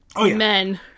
men